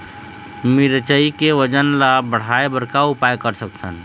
मिरचई के वजन ला बढ़ाएं बर का उपाय कर सकथन?